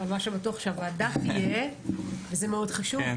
אבל מה שבטוח שהוועדה תהיה וזה מאוד חשוב,